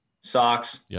Socks